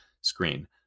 screen